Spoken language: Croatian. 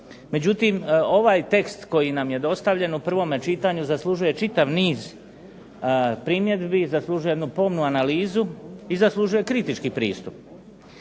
Međutim, ovaj tekst koji nam je dostavljen u prvome čitanju zaslužuje čitav niz primjedbi, zaslužuje jednu pomnu analizu i zaslužuje kritički pristup.